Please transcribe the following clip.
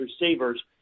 receivers